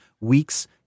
week's